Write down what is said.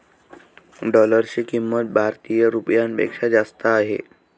डॉलरची किंमत भारतीय रुपयापेक्षा जास्त आहे